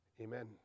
Amen